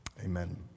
amen